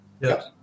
Yes